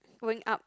going up